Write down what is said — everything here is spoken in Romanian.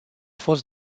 fost